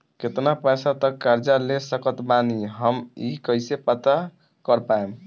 केतना पैसा तक कर्जा ले सकत बानी हम ई कइसे पता कर पाएम?